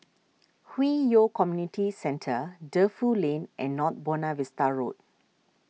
Hwi Yoh Community Centre Defu Lane and North Buona Vista Road